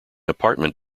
apartment